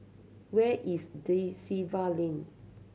where is Da Silva Lane